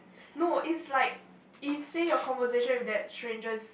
no it's like if say your conversation with that stranger is